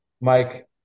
Mike